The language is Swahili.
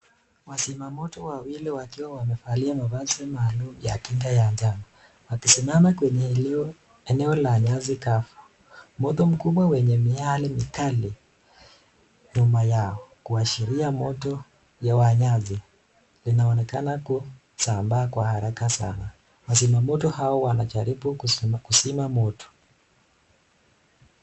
Wazima moto wawili wakiwa wamevalia mavazi maalumu hakika ya ajabu wakisimama kwenye eneo la nyasi kavu. Moto mkubwa wenye miyale mikali nyuma yao kuashiria moto ya nyasi linaloonekana kusambaa haraka sana. Wazima moto hawa wanaonekana kujaribu kuzima moto.